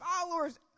followers